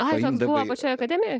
atlikdama šią akademiją